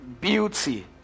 beauty